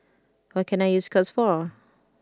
what can I use Scott's for